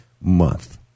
month